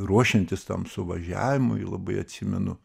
ruošiantis tam suvažiavimui labai atsimenu